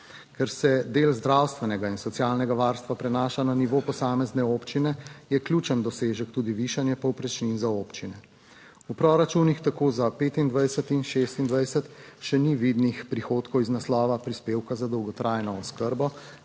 Ker se del zdravstvenega in socialnega varstva prenaša na nivo posamezne občine, je ključen dosežek tudi višanje povprečnin za občine. V proračunih tako za 25 in 26 še ni vidnih prihodkov iz naslova prispevka za dolgotrajno oskrbo,